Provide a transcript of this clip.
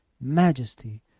majesty